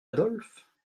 adolphe